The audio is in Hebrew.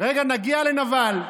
רגע, נגיע לנבל.